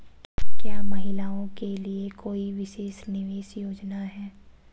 क्या महिलाओं के लिए कोई विशेष निवेश योजना है?